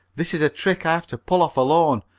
this is a trick i have to pull off alone.